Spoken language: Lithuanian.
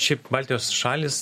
šiaip baltijos šalys